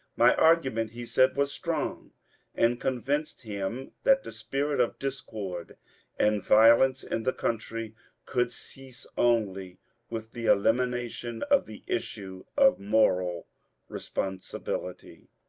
my argument, he said, was strong and convinced him that the spirit of discord and violence in the country could cease only with the elimination of the issue of moral responsibility.